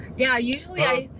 yeah, usually i